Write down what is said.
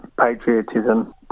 patriotism